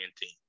team